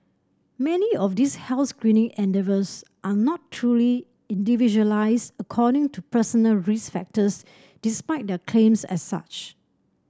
many of these health screening endeavours are not truly individualised according to personal risk factors despite their claims as such